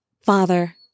Father